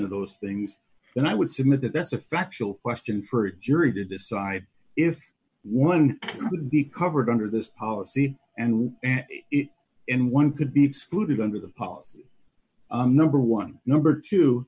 of those things then i would submit that that's a factual question for a jury to decide if one could be covered under this policy and it in one could be excluded under the policy number one number two